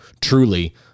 truly